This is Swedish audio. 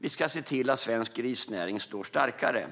Vi ska se till att svensk grisnäring står starkare,